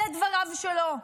אלה דבריו שלו.